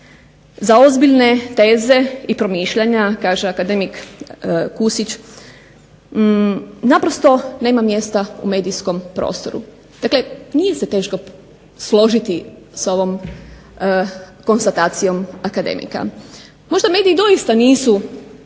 Za ozbiljne teze i promišljanja kaže akademik Kusić naprosto nema mjesta u medijskom prostoru. Dakle, nije se teško složiti s ovom konstatacijom akademika. Možda mediji doista nisu